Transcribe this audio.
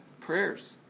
prayers